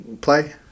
play